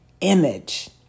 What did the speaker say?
image